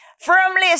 Firmly